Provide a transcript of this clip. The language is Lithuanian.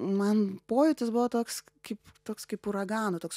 man pojūtis buvo toks kaip toks kaip uragano toks